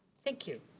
thank you.